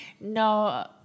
no